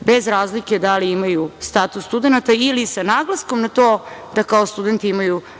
bez razlike da li imaju status studenata ili sa naglaskom na to da kao studenti imaju